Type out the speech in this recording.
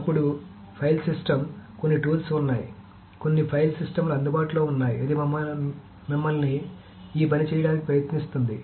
అప్పుడు file system కొన్ని tools ఉన్నాయి కొన్ని ఫైల్ సిస్టమ్లు అందుబాటులో ఉన్నాయి ఇది మిమ్మల్ని ఈ పని చేయడానికి అనుమతిస్తుంది